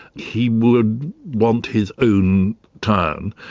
he would want his own town.